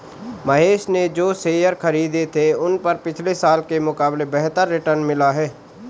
महेश ने जो शेयर खरीदे थे उन पर पिछले साल के मुकाबले बेहतर रिटर्न मिला है